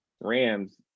rams